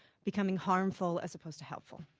becoming harmful as opposed to helpful.